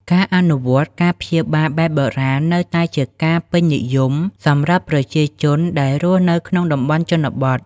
ការអនុវត្តការព្យាបាលបែបបុរាណនៅតែជាការពេញនិយមសម្រាប់ប្រជាជន ដែលរស់នៅក្នុងតំបន់ជនបទ។